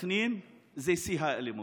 בסח'נין זה שיא האלימות.